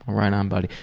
right on buddy.